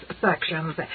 sections